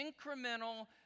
incremental